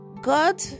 God